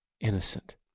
innocent